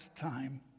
time